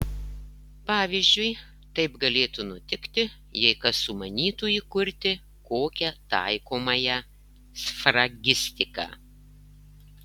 pavyzdžiui taip galėtų nutikti jei kas sumanytų įkurti kokią taikomąją sfragistiką